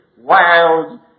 wild